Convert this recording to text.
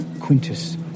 Quintus